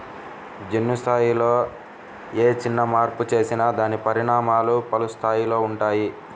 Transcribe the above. జన్యు స్థాయిలో ఏ చిన్న మార్పు చేసినా దాని పరిణామాలు పలు స్థాయిలలో ఉంటాయి